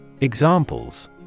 examples